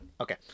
okay